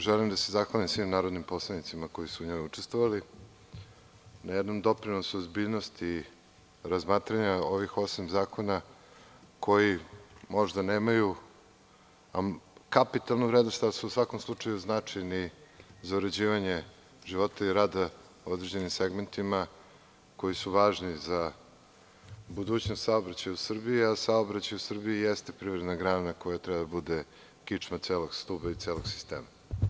Želim da se zahvalim svim narodnim poslanicima koji su u njoj učestvovali, na jednom doprinosu ozbiljnosti razmatranja ovih osam zakona koji možda nemaju kapitalnu vrednost, ali su u svakom slučaju značajni za uređivanje života i rada u određenim segmentima koji su važni za budućnost saobraćaja u Srbiji, a saobraćaj u Srbiji jeste privredna grana koja treba da bude kičma celog stuba i celog sistema.